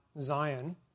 Zion